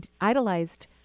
idolized